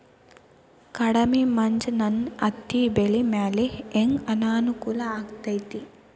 ಕಡಮಿ ಮಂಜ್ ನನ್ ಹತ್ತಿಬೆಳಿ ಮ್ಯಾಲೆ ಹೆಂಗ್ ಅನಾನುಕೂಲ ಆಗ್ತೆತಿ?